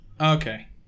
Okay